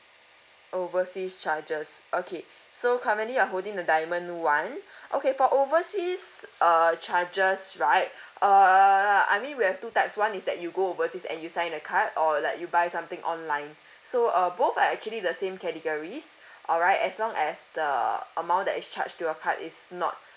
overseas charges okay so currently you are holding the diamond [one] okay for overseas uh charges right err I mean we have two types one is that you go overseas and you sign the card or like you buy something online so uh both are actually the same categories alright as long as the amount that is charge to your card is not